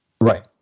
Right